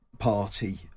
Party